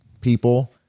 people